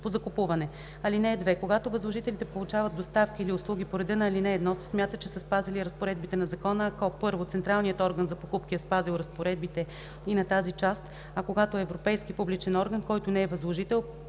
по закупуване. (2) Когато възложителите получават доставки или услуги по реда на ал. 1, се смята, че са спазили разпоредбите на закона, ако: 1. централният орган за покупки е спазил разпоредбите и на тази част, а когато е европейски публичен орган, който не е възложител